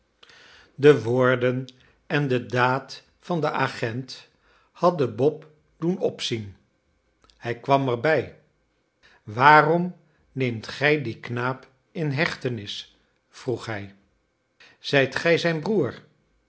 de woorden en de daad van den agent hadden bob doen opzien hij kwam erbij waarom neemt gij dien knaap in hechtenis vroeg hij zijt gij zijn broer